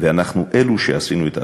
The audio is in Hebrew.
ואנחנו אלו שעשינו את העבודה.